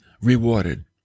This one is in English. rewarded